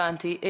הבנתי.